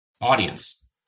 audience